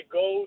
go